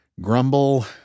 grumble